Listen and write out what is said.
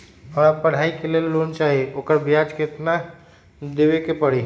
हमरा पढ़ाई के लेल लोन चाहि, ओकर ब्याज केतना दबे के परी?